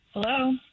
Hello